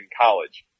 college